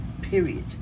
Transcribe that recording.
Period